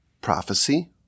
prophecy